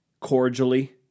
cordially